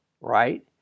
right